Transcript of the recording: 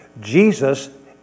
Jesus